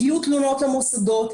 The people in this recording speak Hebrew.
הגיעו תלונות למוסדות,